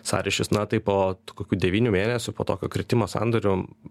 sąryšis na tai po kokių devynių mėnesių po tokio kritimo sandorių